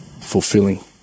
fulfilling